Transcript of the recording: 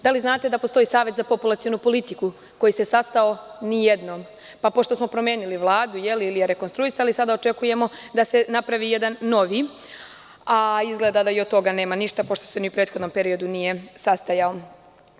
Da li znate da postoji Savet za populacionu politiku koji se sastao nijednom, pa pošto smo promenili Vladu ili je rekonstruisali, sada očekujemo da se napravi jedan novi, a izgleda da i od toga nema ništa, pošto se ni u prethodnom periodu nije sastajao nijednom.